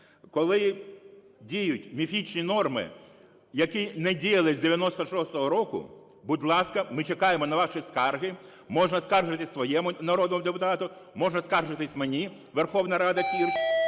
коли діють міфічні норми, які не діяли з 96-го року, будь ласка, ми чекаємо на ваші скарги, можна скаржитись своєму народному депутату, можна скаржитись мені: Верховна Рада, Кірш,